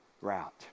route